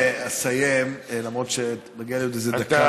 אני אסיים, למרות שמגיעה לי עוד איזה דקה.